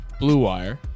BLUEWIRE